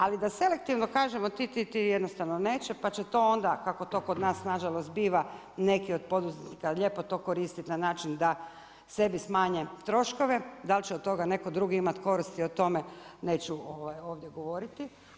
Ali da selektivno kažemo ti, ti i ti jednostavno neće, pa će to onda kako to kod nas nažalost zbiva neki od poduzetnika lijepo to koristiti na način da sebi smanje troškove, da li će od toga netko drugi imati koristi, o tome neću ovdje govoriti.